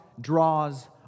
draws